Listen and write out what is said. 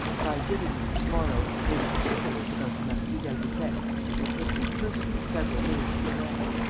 by giving me, to-morrow, those particulars about the marquis d'albufex which it would take me personally several days to collect.